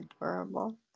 adorable